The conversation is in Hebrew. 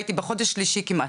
הייתי בחודש שלישי כמעט.